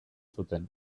zuten